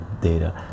data